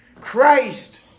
Christ